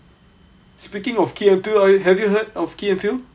speaking of key and peele uh have you heard of key and peele